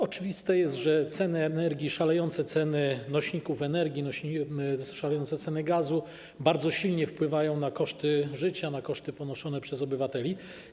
Oczywiste jest, że ceny energii, szalejące ceny nośników energii, szalejące ceny gazu bardzo silnie wpływają na koszty życia, na koszty ponoszone przez obywateli.